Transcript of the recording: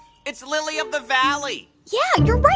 it's lily of the valley yeah, you're right,